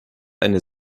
eine